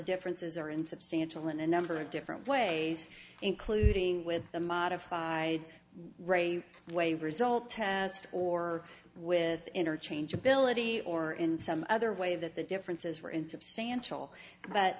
differences are insubstantial in a number of different ways including with the modified re way result has or with interchangeability or in some other way that the differences were in